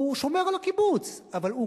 הוא שומר על הקיבוץ, אבל הוא